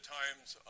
times